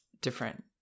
different